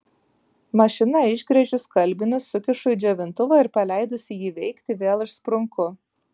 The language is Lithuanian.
mašina išgręžiu skalbinius sukišu į džiovintuvą ir paleidusi jį veikti vėl išsprunku